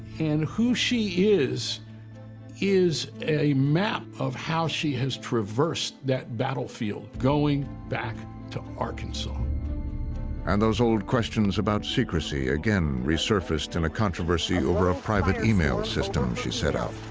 and who she is is a map of how she has traversed that battlefield, going back to arkansas. narrator and those old questions about secrecy again resurfaced in a controversy over a private email system she set up.